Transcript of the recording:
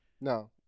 No